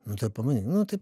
nu tai pabandyk nu tai